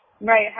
right